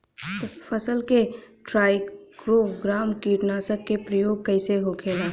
फसल पे trichogramma कीटनाशक के प्रयोग कइसे होखेला?